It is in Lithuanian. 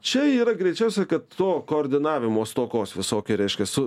čia yra greičiausia kad to koordinavimo stokos visokie reiškias su